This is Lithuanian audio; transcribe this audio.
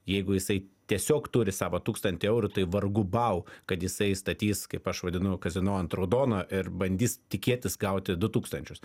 jeigu jisai tiesiog turi savo tūkstantį eurų tai vargu bau kad jisai statys kaip aš vadinu kazino ant raudono ir bandys tikėtis gauti du tūkstančius